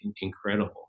incredible